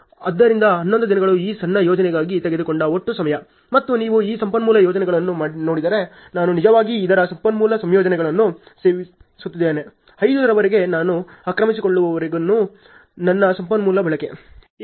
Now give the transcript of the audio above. ಆದ್ದರಿಂದ 11 ದಿನಗಳು ಈ ಸಣ್ಣ ಯೋಜನೆಗಾಗಿ ತೆಗೆದುಕೊಂಡ ಒಟ್ಟು ಸಮಯ ಮತ್ತು ನೀವು ಈ ಸಂಪನ್ಮೂಲ ಸಂಯೋಜನೆಗಳನ್ನು ನೋಡಿದರೆ ನಾನು ನಿಜವಾಗಿ ಇದರ ಸಂಪನ್ಮೂಲ ಸಂಯೋಜನೆಯನ್ನು ಸೇವಿಸುತ್ತಿದ್ದೇನೆ 5 ರವರೆಗೆ ನಾನು ಆಕ್ರಮಿಸಿಕೊಳ್ಳುವವರೆಗೂ ನನ್ನ ಸಂಪನ್ಮೂಲ ಬಳಕೆ